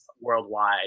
worldwide